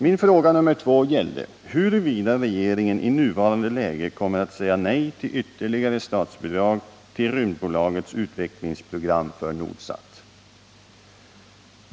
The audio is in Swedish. Min fråga nr 2 gällde huruvida regeringen i nuvarande läge kommer att säga nej till ytterligare statsbidrag till Rymdbolagets utvecklingsprogram för Nordsat.